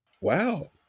Wow